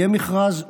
יהיה מכרז.